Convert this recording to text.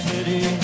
City